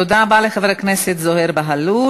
תודה רבה לחבר הכנסת זוהיר בהלול.